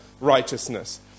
righteousness